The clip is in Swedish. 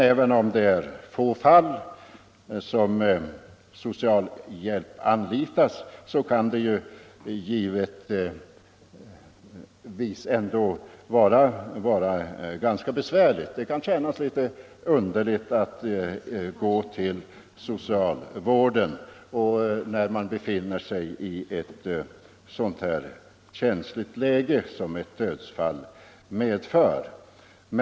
Även om det är i få fall som socialhjälp anlitas, kan det givetvis ändå vara ganska besvärligt. Det kan kännas underligt att gå till socialvården i ett så känsligt läge som ett dödsfall medför.